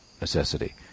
necessity